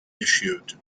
issued